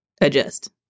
adjust